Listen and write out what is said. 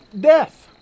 death